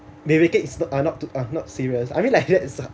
they make it is not uh not too uh not serious I mean like that's